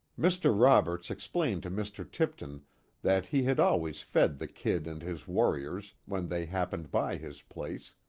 mr. roberts explained to mr. tipton that he had always fed the kid and his warriors when they happened by his place,